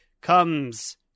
comes